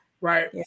right